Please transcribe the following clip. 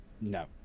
No